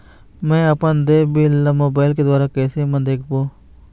म अपन देय बिल ला मोबाइल के द्वारा कैसे म देखबो?